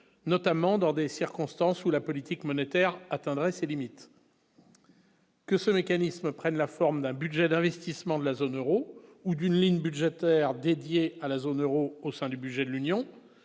notamment dans des circonstances où la politique monétaire atteindrait ses limites. Que ce mécanisme prenne la forme d'un budget d'investissement de la zone Euro ou d'une ligne budgétaire dédiée à la zone Euro au sein du budget de l'Union,